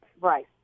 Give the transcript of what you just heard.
Right